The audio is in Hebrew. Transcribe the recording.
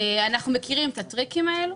אנחנו מכירים את הטריקים האלו,